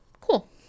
Cool